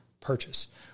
purchase